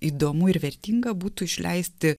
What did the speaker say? įdomu ir vertinga būtų išleisti